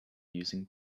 using